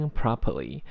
properly